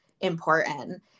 important